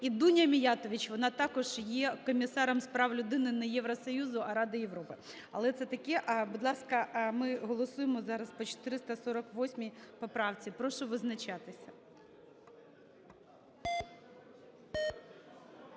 І Дуня Міятович, вона також є Комісаром з прав людини не Євросоюзу, а Ради Європи, але це таке. Будь ласка, ми голосуємо зараз по 448 поправці. Прошу визначатися.